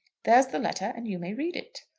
there's the letter, and you may read it.